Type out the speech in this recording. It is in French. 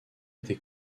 été